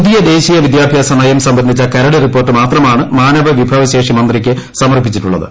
പുതിയ ദേശീയ വിദ്യാഭ്യാസ നയം സംബന്ധിച്ച കരട് റിപ്പോർട്ട് മാത്രമാണ് മാനവ വിഭവശേഷി മന്ത്രിക്ക് സമർപ്പിച്ചിട്ടുളളത്